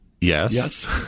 yes